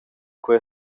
quei